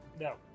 No